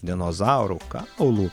dinozauro kaulų